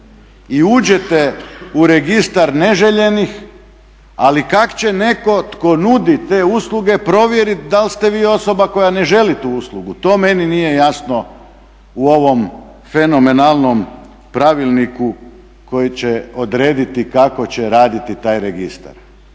I uđete u registar neželjenih ali kak' će netko tko nudi te usluge provjeriti da li ste vi osoba koja ne želi tu uslugu. To meni nije jasno u ovom fenomenalnom pravilniku koji će odrediti kako će raditi taj registar.